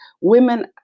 women